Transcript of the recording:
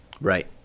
Right